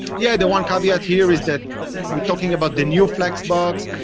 yeah the one caveat here is that we're talking about the new flexbox.